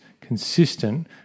consistent